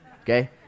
okay